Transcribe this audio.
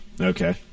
Okay